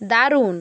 দারুণ